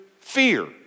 fear